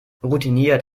routiniert